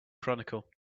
chronicle